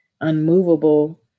unmovable